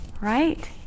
Right